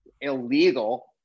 illegal